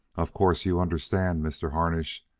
of course, you understand, mr. harnish,